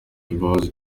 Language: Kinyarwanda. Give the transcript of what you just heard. imbabazi